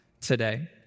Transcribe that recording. today